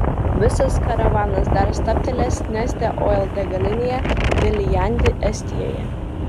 visas karavanas dar stabtelės neste oil degalinėje viljandi estijoje